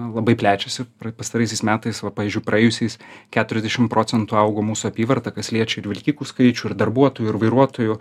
labai plečiasi pra pastaraisiais metais va pavyzdžiui praėjusiais keturiasdešimt procentų augo mūsų apyvarta kas liečia ir vilkikų skaičių ir darbuotojų ir vairuotojų